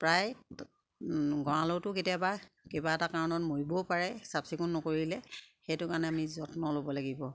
প্ৰায় গঁৰালতো কেতিয়াবা কিবা এটা কাৰণত মৰিবও পাৰে চাফ চিকুণ নকৰিলে সেইটো কাৰণে আমি যত্ন ল'ব লাগিব